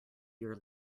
your